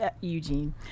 eugene